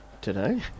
today